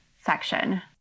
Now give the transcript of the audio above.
section